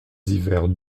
hivers